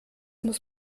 muss